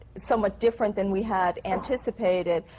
somewhat different than we had anticipated.